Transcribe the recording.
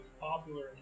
popular